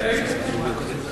נכון.